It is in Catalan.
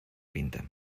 pinta